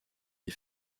des